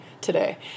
today